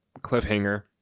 cliffhanger